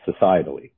societally